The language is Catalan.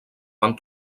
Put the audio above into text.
fan